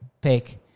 pick